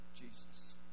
Jesus